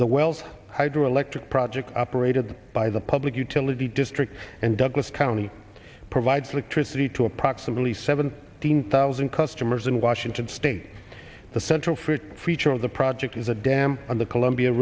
the wells hydroelectric project operated by the public utility district and douglas county provides electricity to approximately seven hundred thousand customers in washington state the central food feature of the project is a dam on the columbia